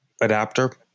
adapter